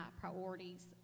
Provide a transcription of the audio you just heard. priorities